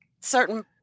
certain